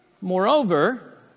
Moreover